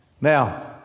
Now